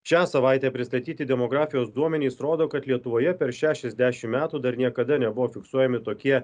šią savaitę pristatyti demografijos duomenys rodo kad lietuvoje per šešiasdešim metų dar niekada nebuvo fiksuojami tokie